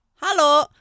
Hello